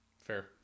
Fair